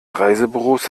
reisebüros